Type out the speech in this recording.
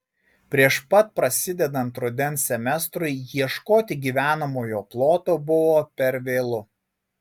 prieš pat prasidedant rudens semestrui ieškoti gyvenamojo ploto buvo per vėlu